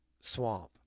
swamp